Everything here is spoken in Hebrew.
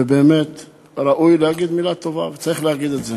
ובאמת ראוי להגיד מילה טובה, וצריך להגיד את זה.